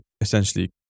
essentially